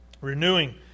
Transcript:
Renewing